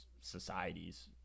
societies